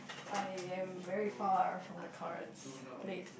I am very far from the cards laid